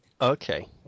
Okay